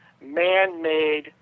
man-made